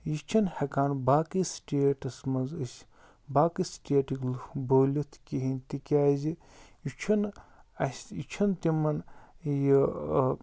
یہِ چھِنہٕ ہٮ۪کان باقٕے سِٹیٹَس مَنٛز أسۍ باقٕے سِٹیٹٕکۍ لُکھ بوٗلِتھ کِہیٖنٛۍ تِکیٛازِ یہِ چھُ نہٕ اَسہِ یہِ چھُ نہٕ تِمَن یہِ